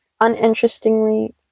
Uninterestingly